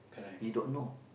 you don't know